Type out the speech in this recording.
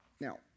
Now